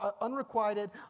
unrequited